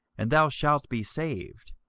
and thou shalt be saved,